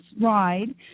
ride